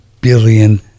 billion